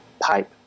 pipe